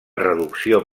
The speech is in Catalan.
reducció